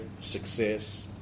success